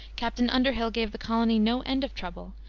captain underhill gave the colony no end of trouble,